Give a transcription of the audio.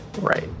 right